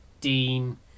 Dean